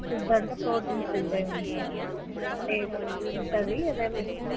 food అంటే protein ఫుడే ఉంటుందండి వీటికి వేరే ఫుడ్ ఉంటుంది అదే పెడతాము